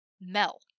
Mel